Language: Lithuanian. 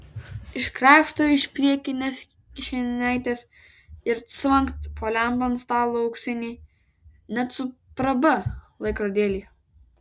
iškrapšto iš priekinės kišenaitės ir cvangt po lempa ant stalo auksinį net su praba laikrodėlį